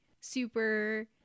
super